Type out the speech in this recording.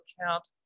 account